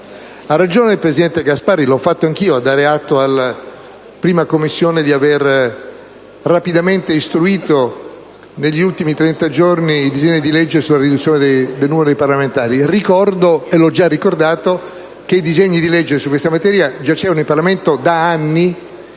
Ha ragione il presidente Gasparri - e l'ho fatto anch'io - a dar atto alla 1a Commissione di avere rapidamente istruito, negli ultimi trenta giorni, i disegni di legge sulla riduzione del numero dei parlamentari. Ricordo, però, e l'ho già ricordato che i disegni di legge su questa materia giacevano in Parlamento da anni